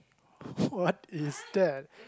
what is that